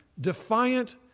defiant